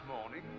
morning